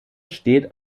steht